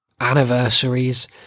anniversaries